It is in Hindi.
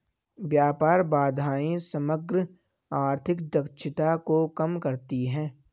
व्यापार बाधाएं समग्र आर्थिक दक्षता को कम करती हैं